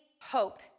hope